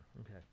Okay